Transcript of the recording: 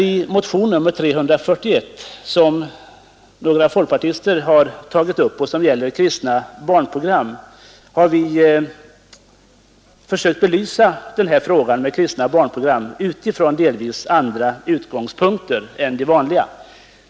I motionen 341, som några folkpartister väckt och som gäller kristna barnprogram, har vi försökt belysa denna fråga från delvis andra utgångspunkter än de vanliga.